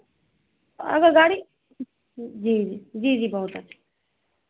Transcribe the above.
अगर गाड़ी जी जी जी बहुत अच्छा